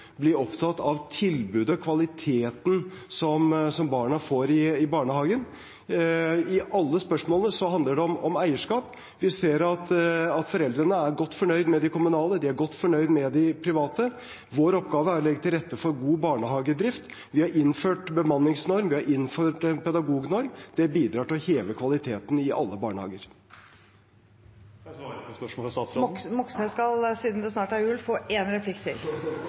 opptatt av tilbudet og kvaliteten som barna får i barnehagen? I alle spørsmålene handler det om eierskap. Vi ser at foreldrene er godt fornøyd med de kommunale, de er godt fornøyd med de private. Vår oppgave er å legge til rette for god barnehagedrift. Vi har innført en bemanningsnorm, vi har innført en pedagognorm, og det bidrar til å heve kvaliteten i alle barnehager. Kan jeg svare på spørsmålet fra statsråden? Representanten Moxnes skal, siden det snart er jul, få lov til det. Dette ble jo en